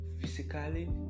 physically